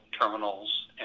terminals